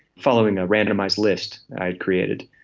following a randomised list i had created.